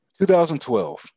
2012